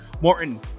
Morton